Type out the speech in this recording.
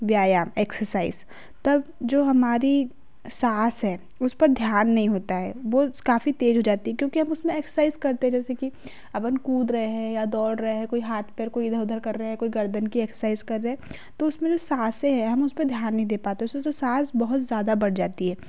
व्यायाम एक्ससाइज़ तब जो हमारी साँस उस पर ध्यान नहीं होता है वो काफ़ी तेज हो जाती है क्योंकि हम उसमें एक्ससाइज़ करते जैसे कि अपन कूद रहे हैं या दौड़ रहे हैं कोई हाथ पैर इधर उधर कर रहा है कोई गर्दन की एक्ससाइज़ कर रहा है तो उसमें जो साँसे हैं हम उस पे ध्यान नहीं दे पाते हैं साँस बहुत ज़्यादा बढ़ जाती है